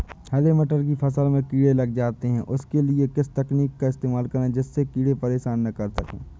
हरे मटर की फसल में कीड़े लग जाते हैं उसके लिए किस तकनीक का इस्तेमाल करें जिससे कीड़े परेशान ना कर सके?